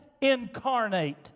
incarnate